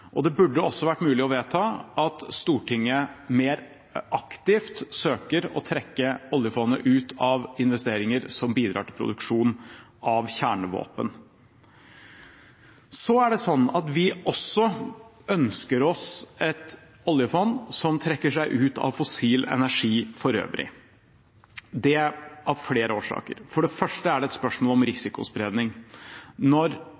Det burde også vært mulig å vedta at Stortinget mer aktivt søker å trekke oljefondet ut av investeringer som bidrar til produksjon av kjernevåpen. Så er det sånn at vi også ønsker oss et oljefond som trekker seg ut av fossil energi for øvrig, av flere årsaker. For det første er det et spørsmål om risikospredning. Når